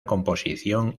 composición